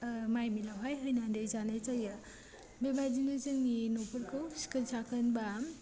माइ मिलावहाय होनानै जानाय जायो बेबायदिनो जोंनि न'खरखौ सिखोन साखोन बा